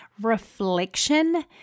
reflection